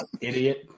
Idiot